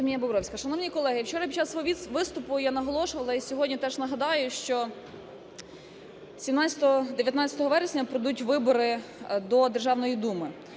Шановні колеги! Вчора під час свого виступу я наголошувала і сьогодні теж нагадаю, що 17-19 вересня пройдуть вибори до Державної Думи.